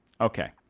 okay